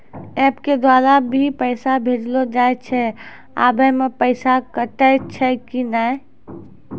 App के द्वारा भी पैसा भेजलो जाय छै आबै मे पैसा कटैय छै कि नैय?